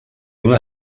una